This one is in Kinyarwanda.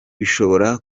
bishobora